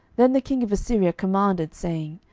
then the king of assyria commanded, saying,